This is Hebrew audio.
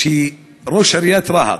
ראש עיריית רהט,